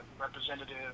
representative